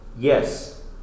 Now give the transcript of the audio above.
yes